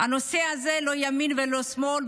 הנושא הזה לא של ימין ולא של שמאל,